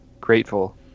grateful